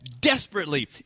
desperately